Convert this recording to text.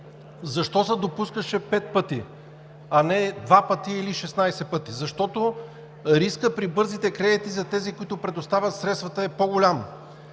Защо се допускаше пет пъти, а не два пъти или 16 пъти? Защото рискът при бързите кредити за тези, които предоставят средствата, е по-голям,